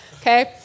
Okay